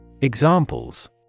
Examples